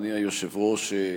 אדוני היושב-ראש,